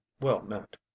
well-meant